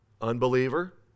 unbeliever